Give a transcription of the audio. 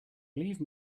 leave